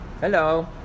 hello